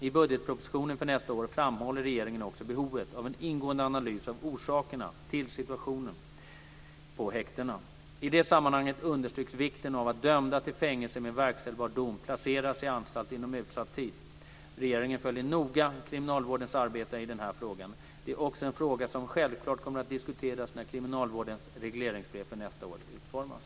I budgetpropositionen för nästa år framhåller regeringen också behovet av en ingående analys av orsakerna till situationen på häktena. I det sammanhanget understryks vikten av att dömda till fängelse med verkställbar dom placeras i anstalt inom utsatt tid. Regeringen följer noga kriminalvårdens arbete i den här frågan. Det är också en fråga som självklart kommer att diskuteras när kriminalvårdens regleringsbrev för nästa år utformas.